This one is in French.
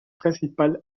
principal